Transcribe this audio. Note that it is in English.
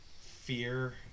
Fear